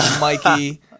Mikey